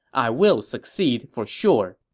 i will succeed for sure.